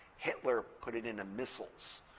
hitler put it into missiles.